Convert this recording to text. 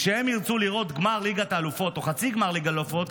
וכשהם ירצו לראות גמר ליגת האלופות או חצי גמר ליגת האלופות,